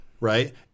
Right